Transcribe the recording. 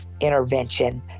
Intervention